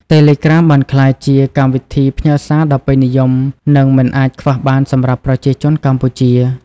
តេឡេក្រាមបានក្លាយជាកម្មវិធីផ្ញើសារដ៏ពេញនិយម និងមិនអាចខ្វះបានសម្រាប់ប្រជាជនកម្ពុជា។